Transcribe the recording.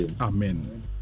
Amen